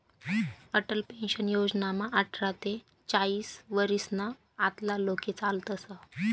Atal pension योजनामा आठरा ते चाईस वरीसना आतला लोके चालतस